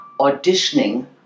auditioning